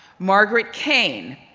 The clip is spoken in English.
margaret kane,